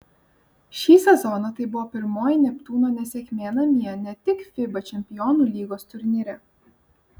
šį sezoną tai buvo pirmoji neptūno nesėkmė namie ne tik fiba čempionų lygos turnyre